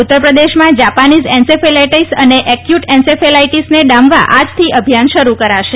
ઉત્તરપ્રદેશમાં Japanese encephalitis અને acute એન્સેફલાઇટીસને ડામવા આજથી અભિયાન શરૂ કરાશે